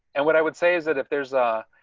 and what i would say is that if there's a,